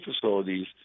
facilities